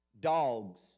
Dogs